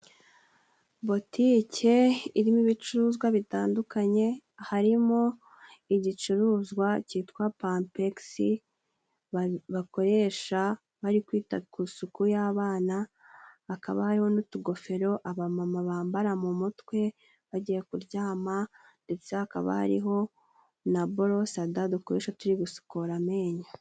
Botike irimo ibicuruzwa bitandukanye harimo: igicuruzwa cyitwa pampegisi bakoresha bari kwita ku suku y'abana, hakaba hariho n'utugofero abamama bambara mu mutwe bagiye kuryama, ndetse hakaba hariho na bolosada dukoresha turi gusukura amenyo.